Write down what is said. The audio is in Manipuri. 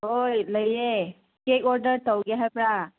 ꯍꯣꯏ ꯂꯩꯌꯦ ꯀꯦꯛ ꯑꯣꯔꯗꯔ ꯇꯧꯒꯦ ꯍꯥꯏꯕ꯭ꯔ